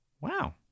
Wow